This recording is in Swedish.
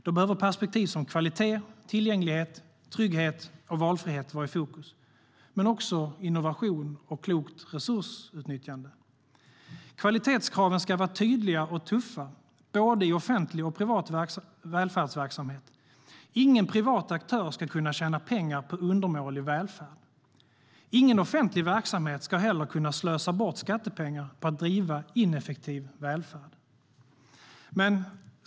Då behöver perspektiv som kvalitet, tillgänglighet, trygghet och valfrihet vara i fokus - men också innovation och klokt resursutnyttjande. Kvalitetskraven ska vara tydliga och tuffa, både i offentlig och privat välfärdsverksamhet. Ingen privat aktör ska kunna tjäna pengar på undermålig välfärd. Ingen offentlig verksamhet ska heller kunna slösa bort skattepengar på att driva ineffektiv välfärd.